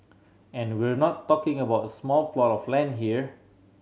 and we're not talking about a small plot of land here